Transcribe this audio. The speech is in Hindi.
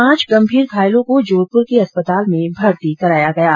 पांच गंभीर घायलों को जोधपुर के अस्पताल में भर्ती कराया गया है